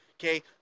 Okay